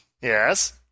Yes